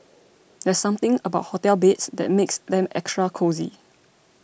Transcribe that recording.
there's something about hotel beds that makes them extra cosy